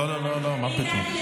לא, לא, מה פתאום.